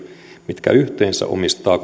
jotka yhteensä omistavat